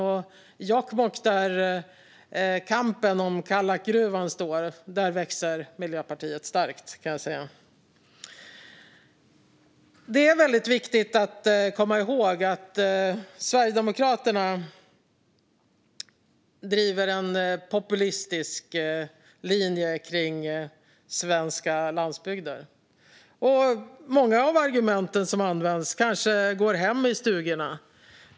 I Jokkmokk, där kampen om Kallakgruvan står, växer Miljöpartiet starkt. Det är viktigt att komma ihåg att Sverigedemokraterna driver en populistisk linje när det gäller svenska landsbygder. Många av argumenten kanske går hem i stugorna.